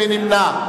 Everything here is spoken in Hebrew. מי נמנע?